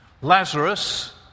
Lazarus